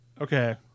Okay